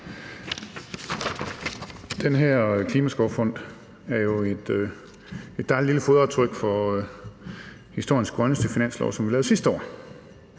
Den her klimaskovfond er jo et dejligt lille fodaftryk fra historiens grønneste finanslov, som vi lavede sidste år,